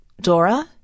Dora